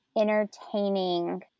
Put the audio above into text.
entertaining